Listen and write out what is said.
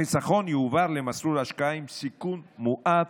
שבו החיסכון יועבר למסלול השקעה עם סיכון מועט.